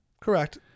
Correct